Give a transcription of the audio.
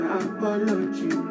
apology